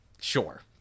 sure